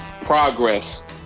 progress